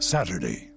Saturday